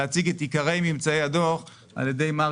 אבל להציג את עיקרי ממצאי הדוח על ידי מר